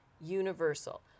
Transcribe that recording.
universal